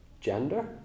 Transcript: gender